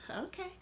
Okay